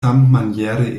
sammaniere